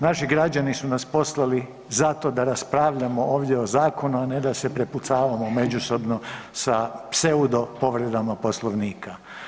Naši građani su nas poslali zato da raspravljamo ovdje o zakonu, a ne da se prepucavamo međusobno sa pseudo povreda Poslovnika.